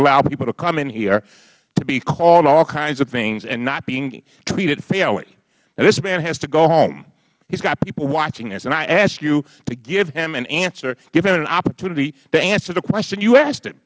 allow people to come in here to be called all kinds of things and not being treated fairly now this man has to go home he is got people watching this and i ask you to give him an answer give him an opportunity to answer the question you asked